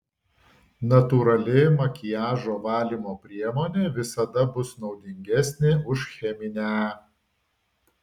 natūrali makiažo valymo priemonė visada bus naudingesnė už cheminę